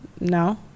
No